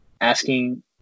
asking